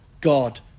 God